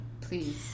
Please